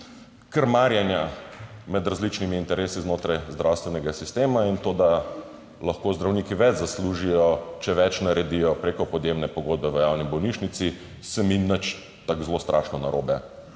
krmarjenja med različnimi interesi znotraj zdravstvenega sistema in to, da lahko zdravniki več zaslužijo, če več naredijo preko podjemne pogodbe v javni bolnišnici se ni nič tako zelo strašno narobe,